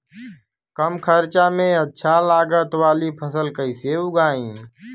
कम खर्चा में अच्छा लागत वाली फसल कैसे उगाई?